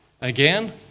Again